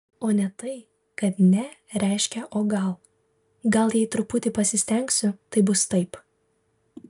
o ne tai kad ne reiškia o gal gal jei truputį pasistengsiu tai bus taip